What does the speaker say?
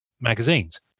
magazines